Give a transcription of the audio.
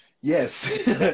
Yes